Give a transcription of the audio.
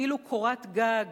כאילו קורת גג,